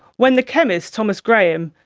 when the chemist, thomas graham,